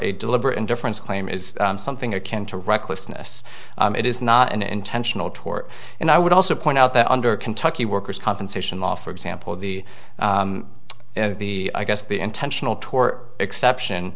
a deliberate indifference claim is something akin to recklessness it is not an intentional tort and i would also point out that under kentucky workers compensation law for example the the i guess the intentional tor exception